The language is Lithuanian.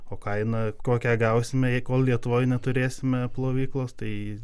o kaina kokią gausime jei kol lietuvoj neturėsime plovyklos tai